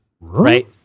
right